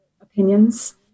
opinions